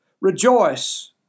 Rejoice